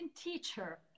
teacher